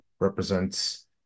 represents